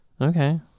Okay